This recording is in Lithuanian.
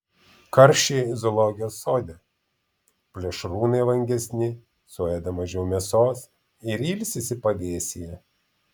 karščiai zoologijos sode plėšrūnai vangesni suėda mažiau mėsos ir ilsisi pavėsyje